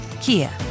Kia